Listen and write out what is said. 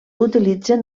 utilitzen